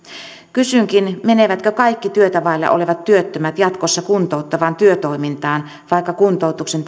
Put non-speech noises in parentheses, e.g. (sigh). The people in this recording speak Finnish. kysynkin menevätkö kaikki työtä vailla olevat työttömät jatkossa kuntouttavaan työtoimintaan vaikka kuntoutuksen (unintelligible)